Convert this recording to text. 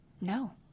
No